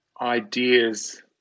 ideas